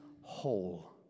whole